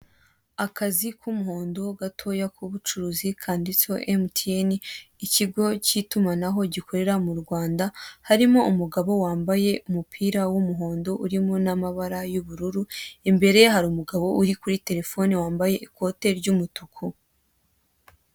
Akazi k'umuhondo gatoya ku bucuruzi kanditseho MTN, ikigo cy'itumanaho gikorera mu Rwanda, harimo umugabo wambaye umupira w'umuhondo urimo n'amabara y'ubururu, imbere ye hari umugabo uri kuri telefone wambaye ikote ry'umutuku.